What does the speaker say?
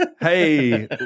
Hey